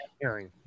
hearing